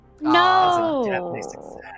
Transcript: No